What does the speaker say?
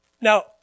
Now